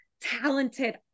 talented